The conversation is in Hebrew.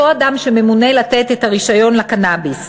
אותו אדם שממונה לתת את הרישיון לקנאביס,